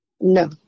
No